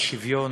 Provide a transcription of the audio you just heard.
על שוויון,